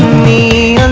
me